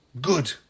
good